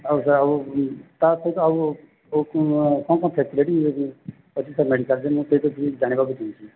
ଆଉ ସାର୍ ଆଉ ତା ସହିତ ଆଉ କ'ଣ କ'ଣ ଫେସିଲିଟି ଅଛି ସାର୍ ମେଡିକାଲ୍ରେ ମୁଁ ସେ ବିଷୟରେ ଜାଣିବାକୁ ଚାହୁଁଛି